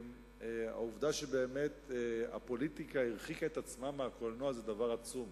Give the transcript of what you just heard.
והעובדה שהפוליטיקה הרחיקה את עצמה מהקולנוע זה דבר עצום.